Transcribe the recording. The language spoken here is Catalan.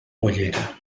pollera